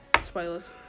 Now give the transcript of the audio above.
spoilers